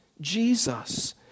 Jesus